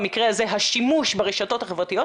במקרה הזה השימוש ברשתות החברתיות,